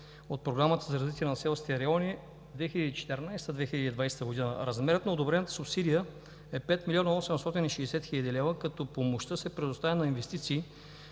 от Програмата за развитие на селски райони 2014 – 2020 г.“ Размерът на одобрената субсидия е 5 млн. 860 хил. лв., като помощта се предоставя на инвестиции